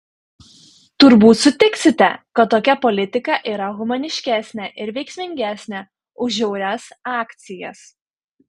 turbūt sutiksite kad tokia politika yra humaniškesnė ir veiksmingesnė už žiaurias akcijas